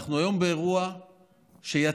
אנחנו היום באירוע שיצדיק,